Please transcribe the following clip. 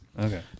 Okay